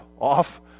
off